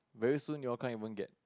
very soon your kind will get